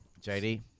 JD